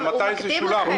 אבל מתי זה ישולם?